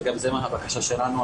וזו גם הבקשה שלנו,